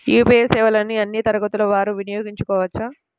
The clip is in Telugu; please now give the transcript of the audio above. యూ.పీ.ఐ సేవలని అన్నీ తరగతుల వారు వినయోగించుకోవచ్చా?